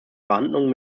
verhandlungen